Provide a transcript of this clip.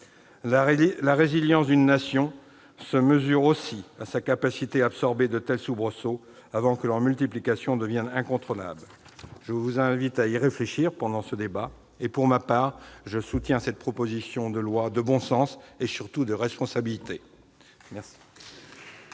La résilience d'une nation se mesure aussi à sa capacité d'absorber de tels soubresauts avant que leur multiplication ne devienne incontrôlable. Je vous invite à y réfléchir durant le débat et, pour ma part, je soutiendrai cette proposition de loi de bon sens et, surtout, de responsabilité !